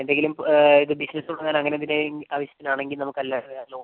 എന്തെങ്കിലും ഇത് ബിസിനസ്സ് തുടങ്ങാൻ അങ്ങനെ എന്തിൻ്റെ ആവശ്യത്തിന് ആണെങ്കിൽ നമുക്ക് അല്ലാതെ ലോണുകള് കിട്ടും